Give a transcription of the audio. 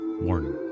Warning